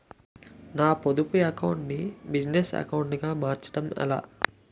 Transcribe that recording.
నా పొదుపు అకౌంట్ నీ బిజినెస్ అకౌంట్ గా మార్చడం ఎలా?